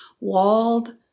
walled